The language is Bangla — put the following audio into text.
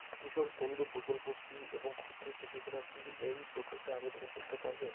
কৃষক বন্ধু প্রকল্প কী এবং ক্ষুদ্র কৃষকেরা কী এই প্রকল্পে আবেদন করতে পারবে?